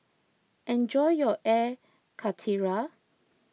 enjoy your Air Karthira